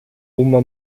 uma